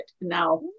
Now